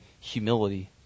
humility